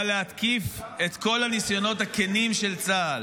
אבל להתקיף את כל הניסיונות הכנים של צה"ל